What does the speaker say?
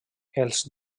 els